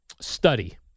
Study